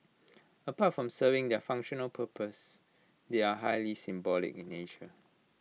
apart from serving their functional purpose they are highly symbolic in nature